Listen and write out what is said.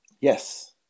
Yes